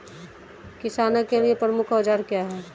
किसानों के लिए प्रमुख औजार क्या हैं?